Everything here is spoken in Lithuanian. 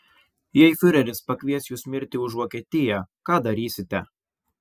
jei fiureris pakvies jus mirti už vokietiją ką darysite